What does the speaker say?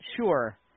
Sure